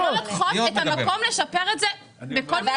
אנחנו לא לוקחות את המקום לשפר את זה בכל מיני